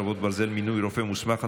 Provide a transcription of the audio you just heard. חרבות ברזל) (מינוי רופא מוסמך),